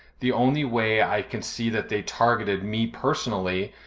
the only way i can see that they targeted me personally,